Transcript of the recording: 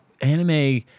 Anime